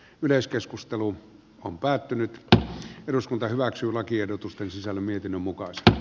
yleiskeskustelu on päättynyt tai eduskunta hyväksyy lakiehdotusten sisällön mietinnön mukaisesti